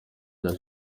rya